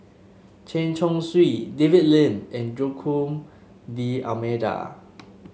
Chen Chong Swee David Lee and Joaquim D'Almeida